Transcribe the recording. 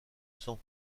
sang